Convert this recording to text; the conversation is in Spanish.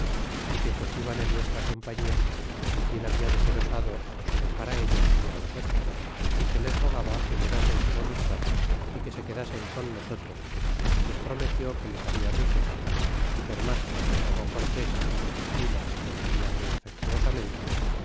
é que pues iban en nuestra compañía que quién habia de ser osado á los enojar á ellos ni á nosotros é que les rogaba que mudasen su voluntad é que se quedasen con nosotros y les prometió que les hada ricos é por mas que se lo rogó cortés é doña marina se lo decia muy afectuosamente